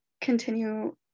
continue